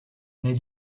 nei